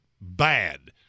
bad